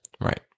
right